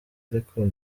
aliko